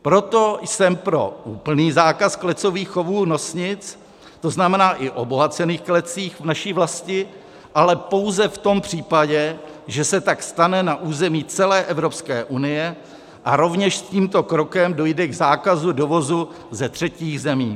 Proto jsem pro úplný zákaz klecových chovů nosnic, to znamená i obohacených klecí v naší vlasti, ale pouze v tom případě, že se tak stane na území celé Evropské unie a rovněž s tímto krokem dojde i k zákazu dovozu ze třetích zemí.